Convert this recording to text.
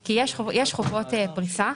כי יש חובות פריסה,